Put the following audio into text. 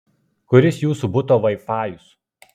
kuris jūsų buto vaifajus